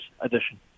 edition